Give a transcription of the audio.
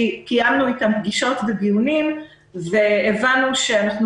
קיימנו איתם פגישות ודיונים והבנו שאנחנו